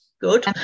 Good